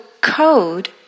code